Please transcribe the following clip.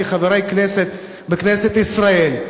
כחברי הכנסת בכנסת ישראל,